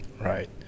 Right